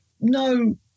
no